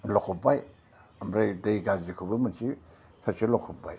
लखब्बाय ओमफ्राय दै गाज्रिखौबो मोनसे थोरसियाव लखब्बाय